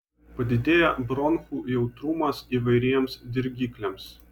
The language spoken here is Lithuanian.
padidėja bronchų jautrumas įvairiems dirgikliams